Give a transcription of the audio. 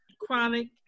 chronic